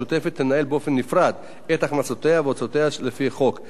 תנהל באופן נפרד את הכנסותיה והוצאותיה לפי החוק,